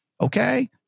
Okay